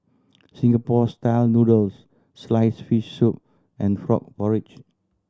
Singapore Style Noodles sliced fish soup and frog porridge